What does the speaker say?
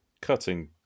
cutting